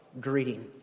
greeting